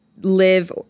live